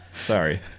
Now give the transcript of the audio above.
sorry